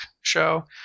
show